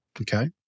Okay